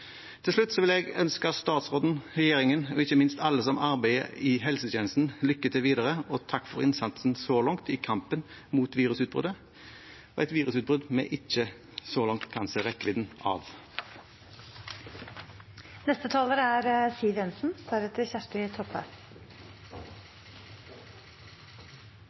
Til slutt vil jeg ønske statsråden, regjeringen og ikke minst alle som arbeider i helsetjenesten, lykke til videre og takke for innsatsen så langt i kampen mot virusutbruddet – et virusutbrudd vi så langt ikke kan se rekkevidden av.